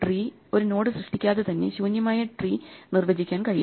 ഒരു നോഡ് സൃഷ്ടിക്കാതെ തന്നെ ശൂന്യമായ ട്രീ നിർവചിക്കാൻ കഴിയും